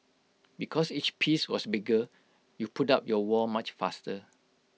because each piece was bigger you put up your wall much faster